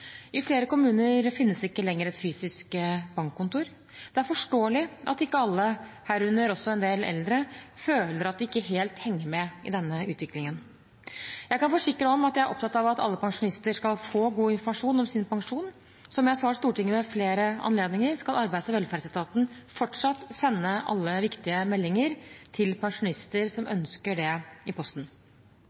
I flere kommuner finnes det ikke lenger et fysisk bankkontor. Det er forståelig at ikke alle, herunder en del eldre, føler at de ikke helt henger med i denne utviklingen. Jeg kan forsikre om at jeg er opptatt av at alle pensjonister skal få god informasjon om sin pensjon. Som jeg har svart Stortinget ved flere anledninger, skal Arbeids- og velferdsetaten fortsatt sende alle viktige meldinger til pensjonister som ønsker det, i posten.